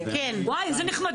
וואו איזה נחמדים אתם.